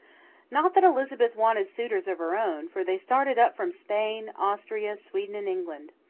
not that elizabeth wanted suitors of her own, for they started up from spain, austria, sweden, and england.